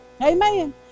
Amen